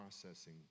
processing